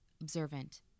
observant